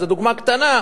זאת דוגמה קטנה,